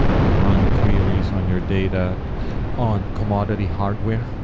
run queries on your data on commodity hardware.